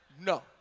no